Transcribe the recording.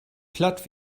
platt